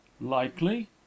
Likely